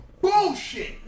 bullshit